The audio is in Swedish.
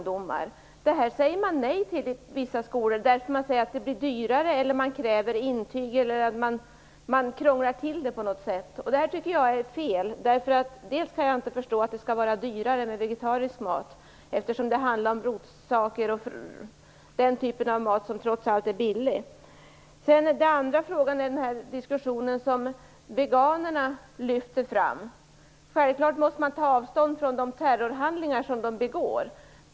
Det säger man nej till i vissa skolor. Man säger att det blir dyrare eller man kräver intyg eller krånglar till det på något annat sätt. Det tycker jag är fel. Jag kan inte förstå att det kan vara dyrare med vegetarisk mat - det handlar ju ofta om rotsaker och den typen av mat som trots allt är billig. Den andra frågan gäller den diskussion som veganerna lyfter fram. Självklart måste man ta avstånd från de terrorhandlingar som de begår.